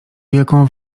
wielką